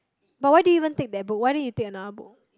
but why did you even take that book why don't you take another book